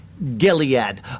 Gilead